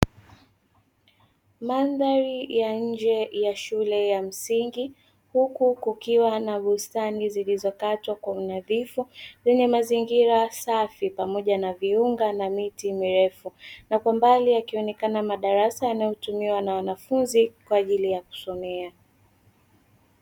Mandhari ya nje ya shule ya msingi huku kukiwa na bustani zilizokatwa kwa unadhifu, zenye mazingira safi pamoja na viunga na miti mirefu na kwa mbali, yakionekana madarasa yanayotumiwa na wanafunzi kwa ajili ya kusomea.